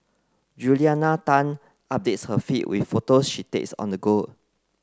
Juliana Tan updates her feed with photos she takes on the go